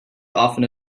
often